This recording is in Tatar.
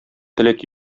теләк